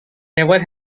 never